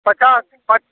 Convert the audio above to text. पचास प